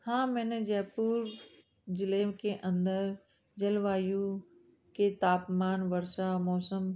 हाँ मैंने जयपुर ज़िले के अंदर जलवायु के तापमान वर्षा मौसम